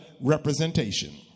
representation